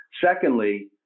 Secondly